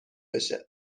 بشه